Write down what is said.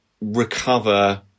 recover